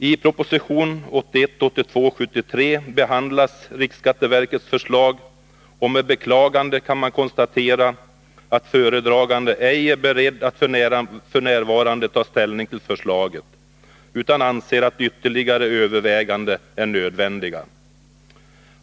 I proposition 1981/82:73 behandlas riksskatteverkets förslag, och med beklagande kan man konstatera att föredraganden ej är beredd att f. n. ta ställning till förslaget, utan anser att ytterligare överväganden är nödvändiga.